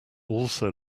also